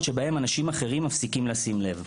שבהם אנשים אחרים מפסיקים לשים לב,